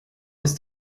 ist